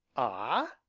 ah?